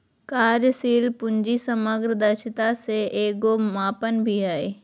कार्यशील पूंजी समग्र दक्षता के एगो मापन भी हइ